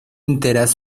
enteras